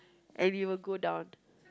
and we will go down